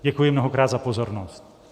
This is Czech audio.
Děkuji mnohokrát za pozornost.